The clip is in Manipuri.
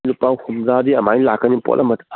ꯂꯨꯄꯥ ꯍꯨꯝꯗ꯭ꯔꯥꯗꯤ ꯑꯃꯥꯏ ꯂꯥꯛꯀꯅꯤ ꯄꯣꯠ ꯑꯃꯗ